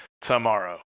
tomorrow